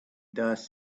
dust